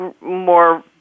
more